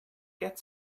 get